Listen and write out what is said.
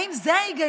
האם זה ההיגיון?